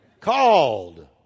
Called